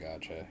gotcha